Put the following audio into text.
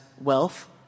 wealth